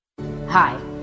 Hi